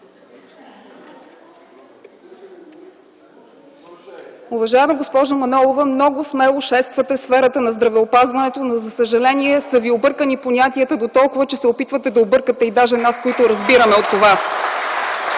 Уважаема госпожо Манолова, много смело шествате в сферата на здравеопазването, но за съжаление са Ви объркани понятията дотолкова, че се опитвате да объркате даже нас, които разбираме от това.